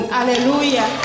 Hallelujah